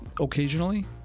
Occasionally